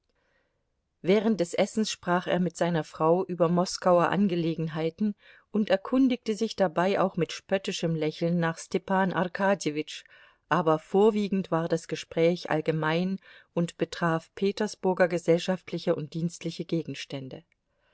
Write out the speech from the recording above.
während des essens sprach er mit seiner frau über moskauer angelegenheiten und erkundigte sich dabei auch mit spöttischem lächeln nach stepan arkadjewitsch aber vorwiegend war das gespräch allgemein und betraf petersburger gesellschaftliche und dienstliche gegenstände